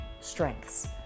strengths